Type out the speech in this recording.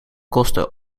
kosten